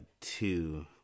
two